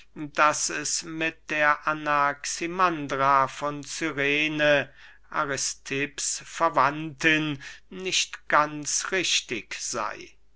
daß es mit der anaximandra von cyrene aristipps verwandtin nicht ganz richtig sey